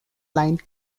line